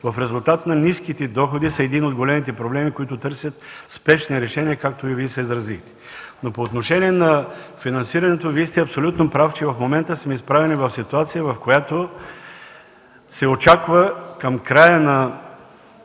на безработица и ниските доходи са едни от големите проблеми, които търсят спешни решения, както и Вие се изразихте. По отношение на финансирането Вие сте абсолютно прав, че в момента сме изправени пред ситуация, в която се очаква към края на